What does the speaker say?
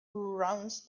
runs